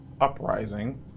uprising